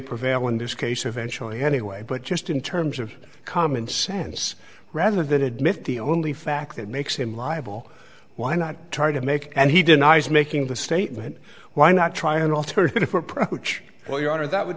prevail in this case eventually anyway but just in terms of common sense rather than admit the only fact that makes him liable why not try to make and he denies making the statement why not try an alternative approach which well your honor that would